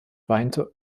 weinte